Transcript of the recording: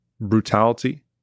brutality